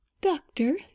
doctor